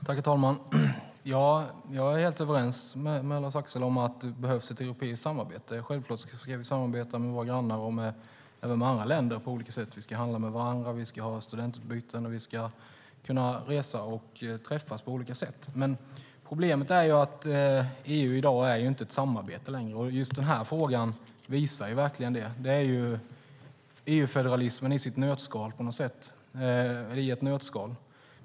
Herr talman! Jag är helt överens med Lars-Axel Nordell om att det behövs ett europeiskt samarbete. Självklart ska vi samarbeta med våra grannar och även med andra länder på olika sätt. Vi ska handla med varandra, vi ska ha studentutbyten, och vi ska kunna resa och träffas på olika sätt. Men problemet är att EU inte längre är ett samarbete. Just denna fråga visar verkligen det. Det är på något sätt EU-federalismen i sitt nötskal.